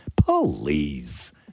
Please